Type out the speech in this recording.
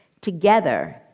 together